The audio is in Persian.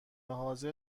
حاضر